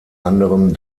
anderem